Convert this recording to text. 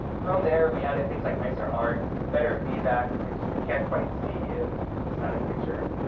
from there, we added things like nicer art, better feedback, which you can't quite see in the static picture,